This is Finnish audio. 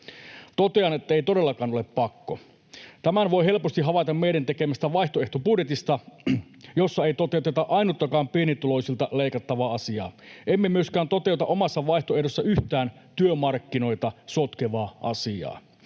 Totean, että ei todellakaan ole pakko. Tämän voi helposti havaita meidän tekemästämme vaihtoehtobudjetista, jossa ei toteuteta ainuttakaan pienituloisilta leikattavaa asiaa. Emme myöskään toteuta omassa vaihtoehdossamme yhtään työmarkkinoita sotkevaa asiaa